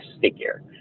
figure